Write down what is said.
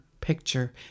picture